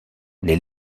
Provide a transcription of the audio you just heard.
les